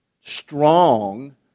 strong